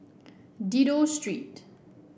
Dido Street